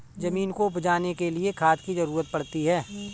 ज़मीन को उपजाने के लिए खाद की ज़रूरत पड़ती है